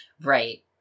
Right